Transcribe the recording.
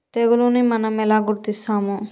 తెగులుని మనం ఎలా గుర్తిస్తాము?